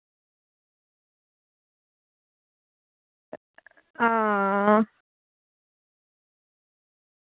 हां